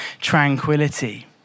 tranquility